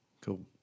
Cool